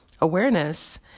awareness